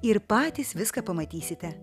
ir patys viską pamatysite